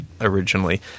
originally